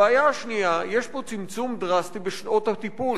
הבעיה השנייה, יש פה צמצום דרסטי בשעות הטיפול.